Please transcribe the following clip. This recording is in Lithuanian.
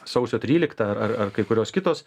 sausio trylikta ar ar ar kai kurios kitos